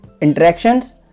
interactions